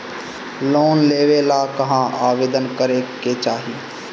Loan लेवे ला कहाँ आवेदन करे के चाही?